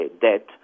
debt